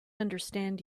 understand